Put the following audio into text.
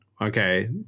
okay